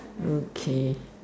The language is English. okay